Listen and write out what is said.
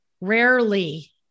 Rarely